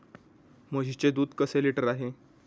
म्हशीचे दूध कसे लिटर आहे?